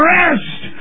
rest